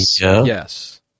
Yes